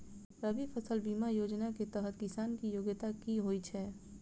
रबी फसल बीमा योजना केँ तहत किसान की योग्यता की होइ छै?